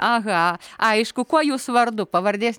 aha aišku kuo jūs vardu pavardės